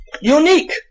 Unique